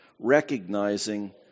recognizing